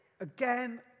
again